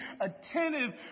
attentive